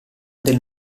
del